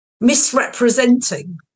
misrepresenting